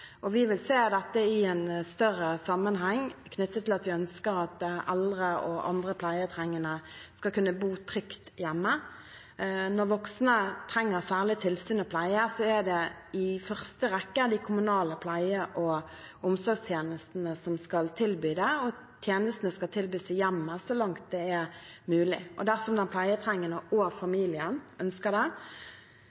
Vi vil se dette i en større sammenheng knyttet til at vi ønsker at eldre og andre pleietrengende skal kunne bo trygt hjemme. Når voksne trenger særlig tilsyn og pleie, er det i første rekke de kommunale pleie og omsorgstjenestene som skal tilby det. Tjenestene skal tilbys i hjemmet så langt det er mulig, og dersom den pleietrengende og